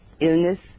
Illness